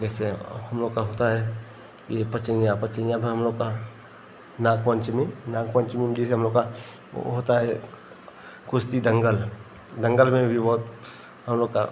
जैसे हम लोग का होता है ये पचइयां पचइयां में हम लोग का नाग पंचमी नाग पंचमी हम लोग का होता है कुश्ती दंगल दंगल में भी बहुत हम लोग का